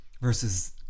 versus